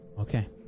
Okay